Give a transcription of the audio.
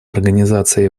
организации